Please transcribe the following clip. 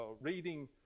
reading